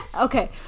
okay